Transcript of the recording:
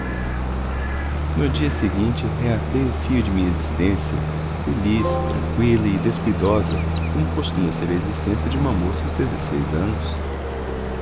no dia seguinte reatei o fio de minha existência feliz tranqüila e descuidosa como costuma ser a existência de uma moça aos dezesseis anos